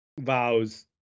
vows